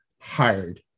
hired